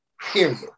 Period